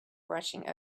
rushing